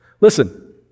Listen